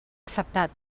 acceptat